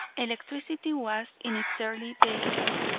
electricity was in its early babyhood,